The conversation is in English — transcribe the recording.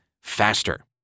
faster